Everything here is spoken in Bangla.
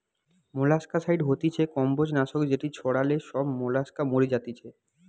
মোলাস্কাসাইড হতিছে কম্বোজ নাশক যেটি ছড়ালে সব মোলাস্কা মরি যাতিছে